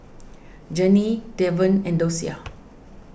Janie Devon and Dosia